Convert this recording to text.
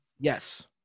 Yes